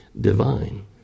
divine